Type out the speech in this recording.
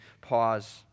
pause